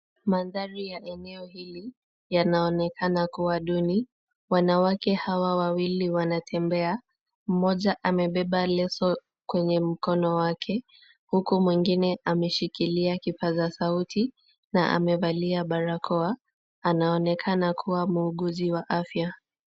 Mandhari ya eneo hili yanaonekana kuwa duni. Wanawake hawa wawili wanatembea. Mmoja amebeba leso kwenye mkono wake huku mwingine ameshikilia kipaza sauti na amevalia barakoa. Anaonekana kuwa muuguzi wa afya.